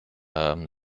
haben